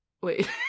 wait